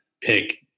pick